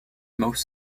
most